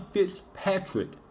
Fitzpatrick